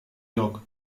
yok